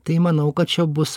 tai manau kad čia bus